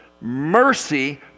Mercy